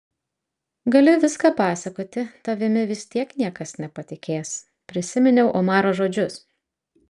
gali viską pasakoti tavimi vis tiek niekas nepatikės prisiminiau omaro žodžius